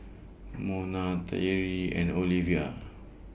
Mona Tyree and Oliva